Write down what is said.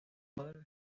brother